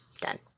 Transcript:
Done